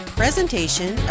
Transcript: presentation